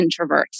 introverts